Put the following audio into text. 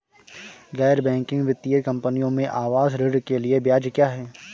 गैर बैंकिंग वित्तीय कंपनियों में आवास ऋण के लिए ब्याज क्या है?